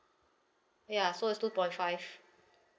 ya so it's two point five